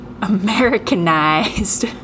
Americanized